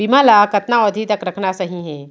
बीमा ल कतना अवधि तक रखना सही हे?